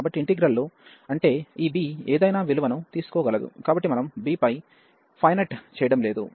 కాబట్టి ఇంటిగ్రల్ లు అంటే ఈ b ఏదైనా విలువను తీసుకోగలదు కాబట్టి మనం b పై ఫైనెట్ చేయడం లేదు